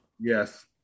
Yes